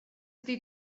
ydy